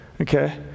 Okay